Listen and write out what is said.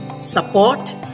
support